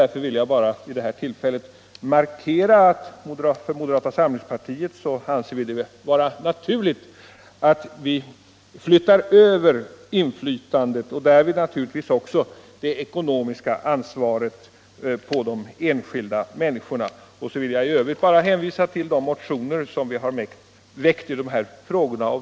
Därför vill jag vid det här tillfället markera att vi i moderata samlingspartiet anser det vara naturligt att inflytandet — och därmed naturligtvis också det ekonomiska ansvaret — flyttas över på de enskilda människorna. I övrigt vill jag bara hänvisa till de motioner som vi har väckt i de här frågorna.